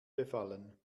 befallen